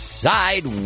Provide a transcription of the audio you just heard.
side